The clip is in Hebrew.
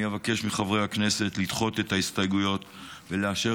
אני אבקש מחברי הכנסת לדחות את ההסתייגויות ולאשר